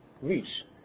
reach